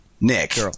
nick